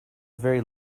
very